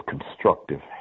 constructive